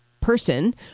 person